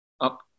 up